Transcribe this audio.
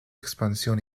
expansión